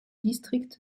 district